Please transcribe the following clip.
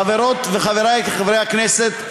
חברותי וחברי חברי הכנסת,